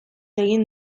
egin